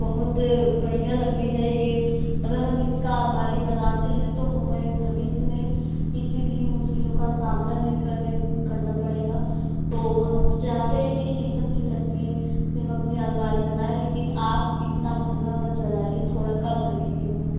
बहुत बढ़िया लड़की है यह अगर हम इसकी आलमारी बनाते हैं तो हमें भविष्य में किसी भी मुश्किलों का सामना नहीं करने करना पड़ेगा तो हम चाहते हैं कि शीशम की लकड़ी से हम अपनी आलमारी बनाएँ लेकिन आप इतना महँगा मत लगाइए थोड़ा कम करिएगा मैम